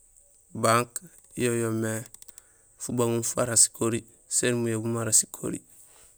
Banque yo yoomé fubaŋum fara sikori sén mujabum mara sikori.